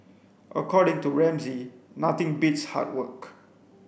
according to Ramsay nothing beats hard work